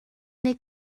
neu